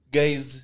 guys